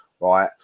right